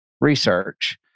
research